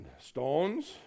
stones